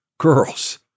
Girls